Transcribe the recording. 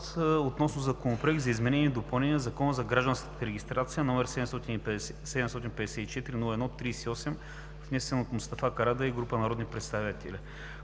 събрание Законопроект за изменение и допълнение на Закона за гражданската регистрация, № 754-01-38, внесен от Мустафа Карадайъ и група народни представители,